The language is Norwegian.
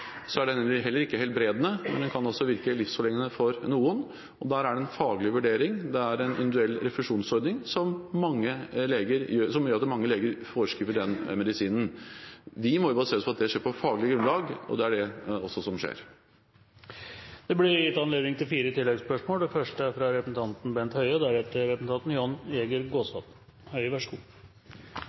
er heller ikke den helbredende, men den kan virke livsforlengende for noen. Der er det en faglig vurdering. Det er en individuell refusjonsordning som gjør at mange leger foreskriver den medisinen. Vi må basere oss på at det skjer på faglig grunnlag, og det er det som skjer. Det blir gitt anledning til fire oppfølgingsspørsmål – først Bent Høie. Disse sakene viser at Norge, som er